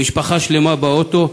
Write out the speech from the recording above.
משפחה שלמה באוטו,